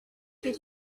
did